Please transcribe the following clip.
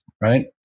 right